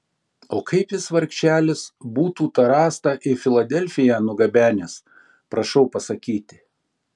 o kaip jis vargšelis būtų tą rąstą į filadelfiją nugabenęs prašau pasakyti